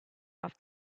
off